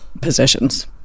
positions